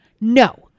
No